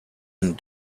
and